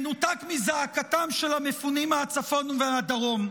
מנותק מזעקתם של המפונים מהצפון ומהדרום,